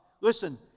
Listen